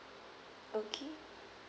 okay